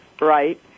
right